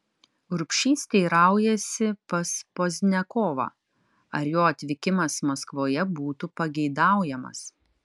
urbšys teiraujasi pas pozniakovą ar jo atvykimas maskvoje būtų pageidaujamas